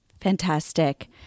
Fantastic